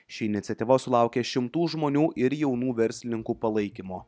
ši iniciatyva sulaukė šimtų žmonių ir jaunų verslininkų palaikymo